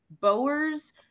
Bowers